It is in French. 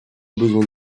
besoin